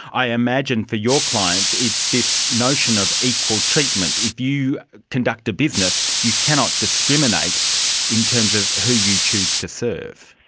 i imagine for your clients it's this notion of equal treatment. if you conduct a business, you cannot discriminate in terms of who you choose to serve.